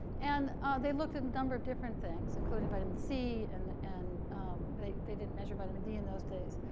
and they looked at a number of different things, including vitamin c and and they they didn't measure vitamin d in those days.